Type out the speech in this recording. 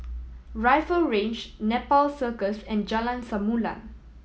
Rifle Range Nepal Circus and Jalan Samulun